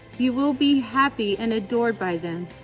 you will be happy and adored by them.